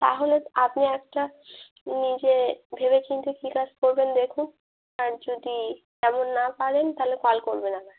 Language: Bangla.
তাহলে আপনি একটা নিজে ভেবে চিন্তে কী কাজ করবেন দেখুন আর যদি তেমন না পারেন তাহলে কল করবেন আবার